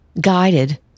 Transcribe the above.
guided